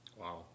Wow